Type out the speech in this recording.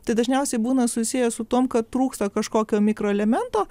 tai dažniausiai būna susiję su tuom kad trūksta kažkokio mikroelemento